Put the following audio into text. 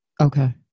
Okay